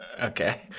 Okay